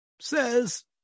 says